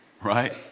Right